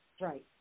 Right